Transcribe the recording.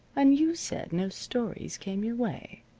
and you said no stories came your way,